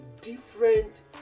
different